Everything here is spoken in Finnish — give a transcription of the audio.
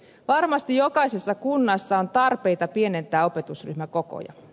varmasti jokaisessa kunnassa on tarpeita pienentää opetusryhmäkokoja